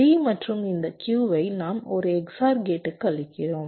D மற்றும் இந்த Q வை நாம் ஒரு XOR கேட்டுக்கு அளிக்கிறோம்